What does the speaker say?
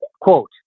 quote